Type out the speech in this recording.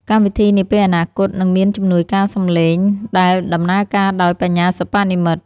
កម្មវិធីនាពេលអនាគត នឹងមានជំនួយការសំឡេងដែលដំណើរការដោយ បញ្ញាសិប្បនិម្មិត។